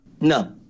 No